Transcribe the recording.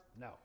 No